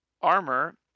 armor